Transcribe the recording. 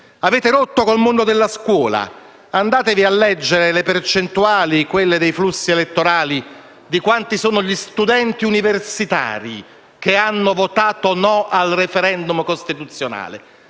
Avete rotto con il mondo della scuola: andate a leggere le percentuali relative ai flussi elettorali e vedrete quanti sono gli studenti universitari che hanno votato no al *referendum* costituzionale.